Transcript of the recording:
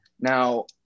Now